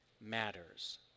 matters